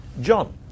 John